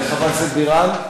חברת הכנסת בירן?